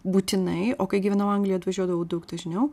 būtinai o kai gyvenau anglijoj atvažiuodavau daug dažniau